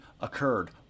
occurred